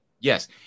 Yes